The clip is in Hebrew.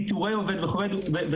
פיטורי עובד וכולי,